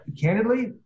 candidly